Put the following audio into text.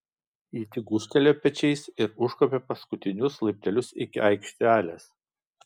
ji tik gūžtelėjo pečiais ir užkopė paskutinius laiptelius iki aikštelės